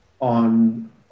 on